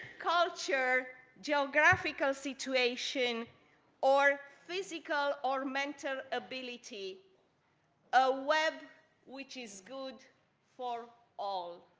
culture, geographical situation or physical or mental ability a web which is good for all.